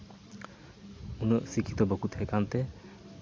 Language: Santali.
ᱩᱱᱟᱹᱜ ᱥᱤᱠᱠᱷᱤᱛᱚ ᱵᱟᱠᱚ ᱛᱟᱦᱮᱠᱟᱱ ᱛᱮ